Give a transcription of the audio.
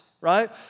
right